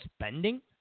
spending